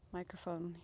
microphone